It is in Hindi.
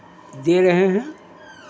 दे रहे हैं